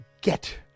get